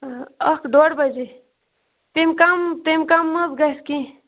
اکھ ڈوٚڈ بجے تمہ کم تمہ کم مہ حظ گَژھِ کینٛہہ